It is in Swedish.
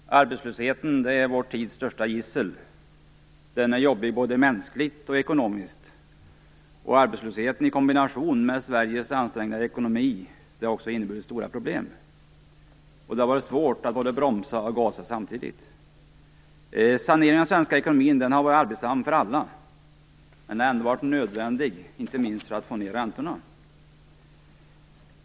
Herr talman! Arbetslösheten är vår tids största gissel. Den är jobbig både mänskligt och ekonomiskt. Arbetslösheten i kombination med Sveriges ansträngda ekonomi har inneburit stora problem. Det har varit svårt att både bromsa och gasa samtidigt. Saneringen av den svenska ekonomin har varit arbetsam för alla, men den har ändå varit nödvändig inte minst för att få ned räntorna.